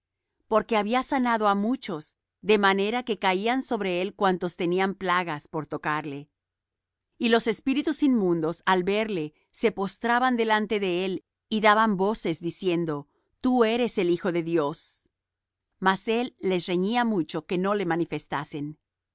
porque había sanado á muchos de manera que caían sobre él cuantos tenían plagas por tocarle y los espíritus inmundos al verle se postraban delante de él y daban voces diciendo tú eres el hijo de dios mas él les reñía mucho que no le manifestasen